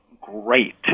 great